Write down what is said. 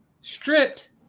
stripped